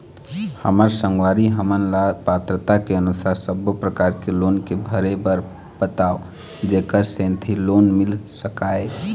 हमर संगवारी हमन ला पात्रता के अनुसार सब्बो प्रकार के लोन के भरे बर बताव जेकर सेंथी लोन मिल सकाए?